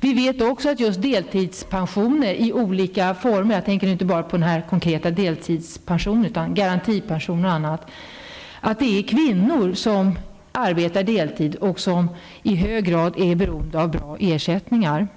Näar det gäller just deltidspensioner i olika former -- jag tänker nu inte bara på den konkreta deltidspensionen utan också på garantipensioner och annat -- vet vi att det är kvinnor som arbetar deltid och som i hög grad är beroende av bra ersättningar.